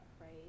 right